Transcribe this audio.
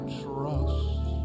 trust